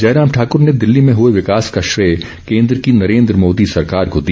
जयराम ठाकर ने दिल्ली में हुए विकास का श्रेय केन्द्र की नरेन्द्र मोदी सरकार को दिया